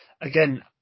again